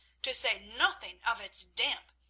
to say nothing of its damp,